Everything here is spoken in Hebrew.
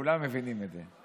כולם מבינים את זה.